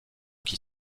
qui